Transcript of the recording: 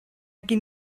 gen